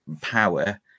power